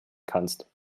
kannst